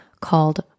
called